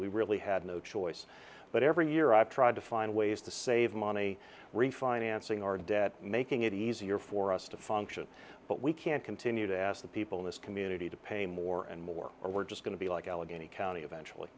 we really had no choice but every year i've tried to find ways to save money refinancing our debt making it easier for us to function but we can't continue to ask the people in this community to pay more and more we're just going to be like allegheny county eventually